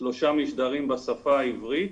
שלושה משדרים בשפה העברית